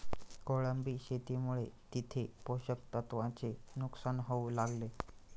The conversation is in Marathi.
कोळंबी शेतीमुळे तिथे पोषक तत्वांचे नुकसान होऊ लागले